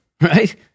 Right